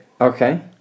Okay